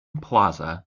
plaza